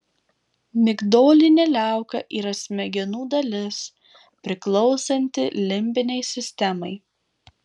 migdolinė liauka yra smegenų dalis priklausanti limbinei sistemai